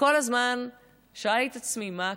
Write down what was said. וכל הזמן שאלתי את עצמי: מה הקשר?